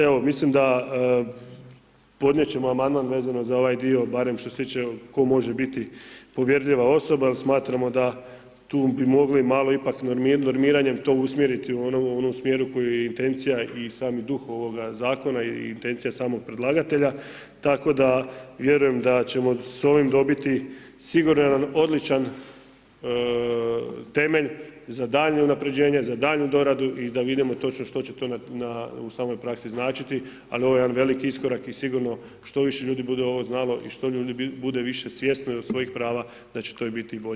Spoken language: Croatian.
Evo, mislim da, podnijet ćemo Amandman vezano za ovaj dio, barem što se tiče, tko može biti povjerljiva osoba jer smatramo da tu bi mogli malo ipak normiranjem to usmjeriti u onom smjeru koji je i intencija i sami duh ovoga Zakona i intencija samog predlagatelja, tako da vjerujem da ćemo s ovim dobiti sigurno jedan odličan temelj za daljnje unapređenje, za daljnju doradu i da vidimo točno što će to u samoj praksi značiti, ali ovo je jedan veliki iskorak i sigurno što više ljudi bude ovo znalo i što ljudi bude više svjesno i od svojih prava da će to biti i bolja učinkovitost Zakona.